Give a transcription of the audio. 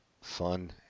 fun